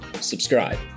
subscribe